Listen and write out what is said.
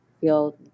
feel